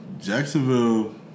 Jacksonville –